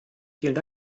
vielen